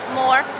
more